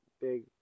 big